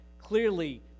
clearly